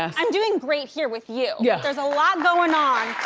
ah i'm doing great here with you. yeah there's a lot going on